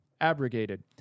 abrogated